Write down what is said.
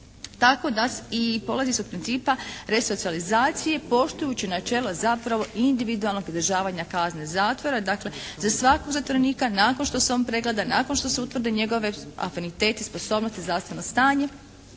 tako da i polazi se od principa resocijalizacije poštujući načelo zapravo individualnog izdržavanja kazne zatvora, dakle za svakog zatvorenika nakon što se on pregleda, nakon što se utvrde njegovi afiniteti, sposobnosti, zdravstveno stanje